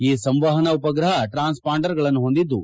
ಈ ಸಂವಹನ ಉಪಗ್ರಹ ಟ್ರಾನ್ಸ್ ಪಾಂಡರ್ಗಳನ್ನು ಹೊಂದಿದ್ದು